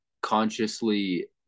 consciously